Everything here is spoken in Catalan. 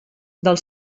del